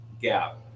gap